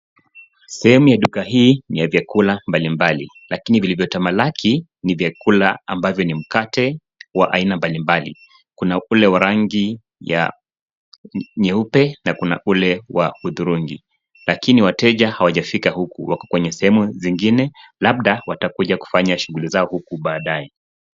Sehemu ya duka hii ni ya vyakula mbali mbali, lakini vilivyotamalaki ni vyakula ambavyo ni mkate wa aina mbali mbali. Kuna ule wa rangi nyeupe na kuna ule wa hudhurungi, lakini wateja hawajafika huku wako kwenye sehemu zingine, labda watakuja kufanya shughuli zao huku baadae.